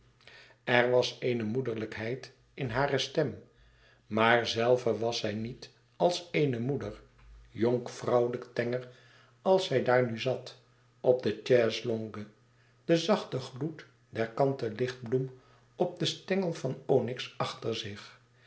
er was eene moederlijkheid in hare stem maar zelve was zij niet als eene moeder jonkvrouwelijk tenger als zij daar nu zat op de chaise-longue den zachten gloed der kanten lichtbloem op stengel van onyx achter zich